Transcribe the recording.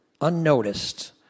unnoticed